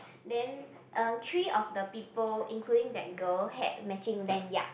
then uh three of the people including that girl had matching lanyard